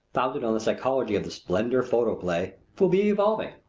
founded on the psychology of the splendor photoplay, will be evolving.